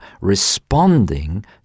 responding